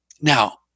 Now